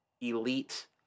elite